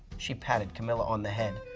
she patted camilla on the head,